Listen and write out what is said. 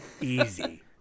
Easy